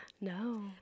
No